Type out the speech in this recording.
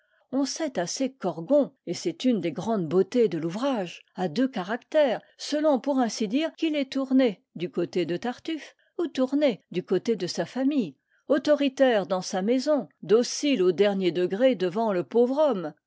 on sait assez qu'orgon et c'est une des grandes beautés de l'ouvrage a deux caractères selon pour ainsi dire qu'il est tourné du côté de tartuffe ou tourné du côté de sa famille autoritaire dans sa maison docile au dernier degré devant le pauvre homme